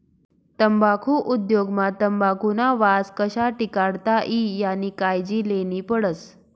तम्बाखु उद्योग मा तंबाखुना वास कशा टिकाडता ई यानी कायजी लेन्ही पडस